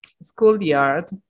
Schoolyard